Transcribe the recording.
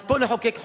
אז פה נחוקק חוק.